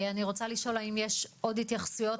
אני רוצה לשאול האם יש עוד התייחסויות